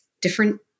different